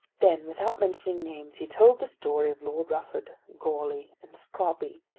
then without mentioning names he told the story of lord rufford, goarly, and scrobby,